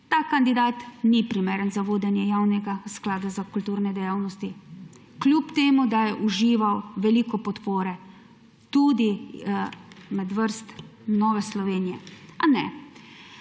Ta kandidat ni primeren za vodenje Javnega sklada za kulturne dejavnosti, kljub temu da je užival veliko podpore tudi iz vrst Nove Slovenije. Na